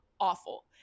awful